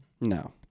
No